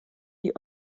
die